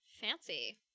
Fancy